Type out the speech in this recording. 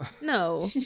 No